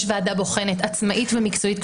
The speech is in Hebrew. יש ועדה בוחנת עצמאית ומקצועית,